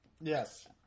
Yes